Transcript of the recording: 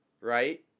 right